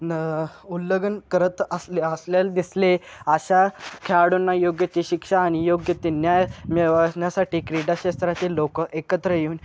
न उल्लंघन करत असले असलेले दिसले अशा खेळाडूंना योग्यती शिक्षा आणि योग्य ते न्याय मिळवण्यासाठी क्रीडाक्षेत्रातील लोक एकत्र येऊन